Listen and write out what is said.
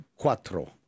Cuatro